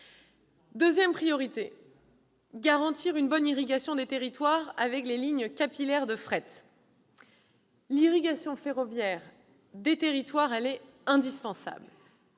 Deuxième priorité : garantir une bonne irrigation des territoires avec les lignes capillaires de fret. L'irrigation ferroviaire des territoires est indispensable.